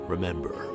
Remember